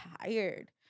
tired